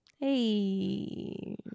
Hey